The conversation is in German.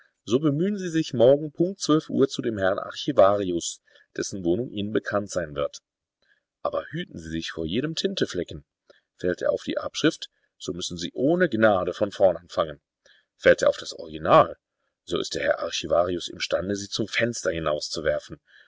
so bemühen sie sich morgen punkt zwölf uhr zu dem herrn archivarius dessen wohnung ihnen bekannt sein wird aber hüten sie sich vor jedem tinteflecken fällt er auf die abschrift so müssen sie ohne gnade von vorn anfangen fällt er auf das original so ist der herr archivarius imstande sie zum fenster hinauszuwerfen